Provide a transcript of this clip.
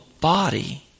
body